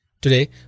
Today